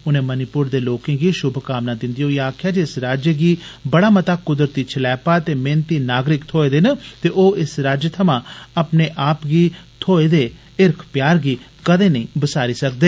उनें मणिपुर दे लोकें गी षुभकामनां दिन्दे होई आक्खेआ जे इस राज्य गी बड़ा मता कुदरती छलैपा ते मेहनती नागरिक थोइये दे न ते इस राज्य थमां अपने आप गी थोइये दे हिरख प्यार गी कदें नेंई बसारी सकदे